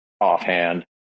offhand